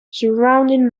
surrounding